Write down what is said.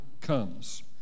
comes